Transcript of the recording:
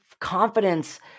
confidence